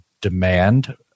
demand